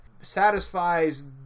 satisfies